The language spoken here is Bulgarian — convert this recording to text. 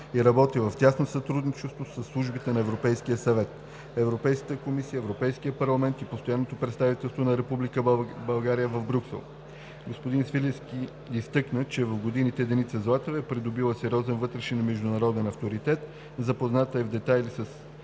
и работи в тясно сътрудничество със службите на Европейския съвет, Европейската комисия, Европейския парламент и Постоянното представителство на Република България в Брюксел. Господин Свиленски изтъкна, че в годините Деница Златева е придобила сериозен вътрешен и международен авторитет, запозната е в детайли с